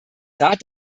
rad